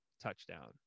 touchdown